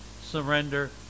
surrender